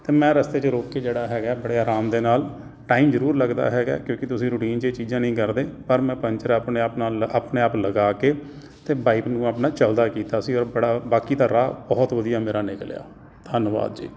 ਅਤੇ ਮੈਂ ਰਸਤੇ 'ਚ ਰੋਕ ਕੇ ਜਿਹੜਾ ਹੈਗਾ ਬੜੇ ਆਰਾਮ ਦੇ ਨਾਲ ਟਾਈਮ ਜ਼ਰੂਰ ਲੱਗਦਾ ਹੈਗਾ ਕਿਉਂਕਿ ਤੁਸੀਂ ਰੂਟੀਨ 'ਚ ਇਹ ਚੀਜ਼ਾਂ ਨਹੀਂ ਕਰਦੇ ਪਰ ਮੈਂ ਪੰਚਰ ਆਪਣੇ ਆਪ ਨਾਲ ਆਪਣੇ ਆਪ ਲਗਾ ਕੇ ਅਤੇ ਬਾਈਕ ਨੂੰ ਆਪਣਾ ਚੱਲਦਾ ਕੀਤਾ ਸੀ ਔਰ ਬੜਾ ਬਾਕੀ ਦਾ ਰਾਹ ਬਹੁਤ ਵਧੀਆ ਮੇਰਾ ਨਿਕਲਿਆ ਧੰਨਵਾਦ ਜੀ